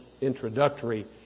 introductory